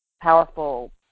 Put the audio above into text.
powerful